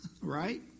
right